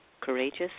courageous